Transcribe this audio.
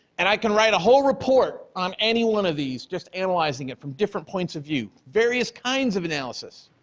and i can write a whole report on any one of these just analyzing it from different points of view, various kinds of analysis,